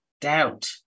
doubt